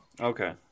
Okay